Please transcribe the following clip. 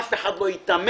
אף אחד לא יתמם.